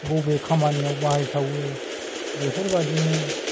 बबे खामानियाव बाहायथावो बेफोरबादिनो